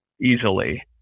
easily